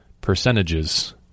percentages